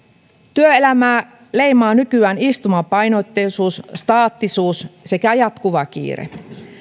työelämää leimaa nykyään istumapainotteisuus staattisuus sekä jatkuva kiire